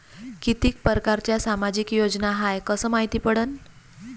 कितीक परकारच्या सामाजिक योजना हाय कस मायती पडन?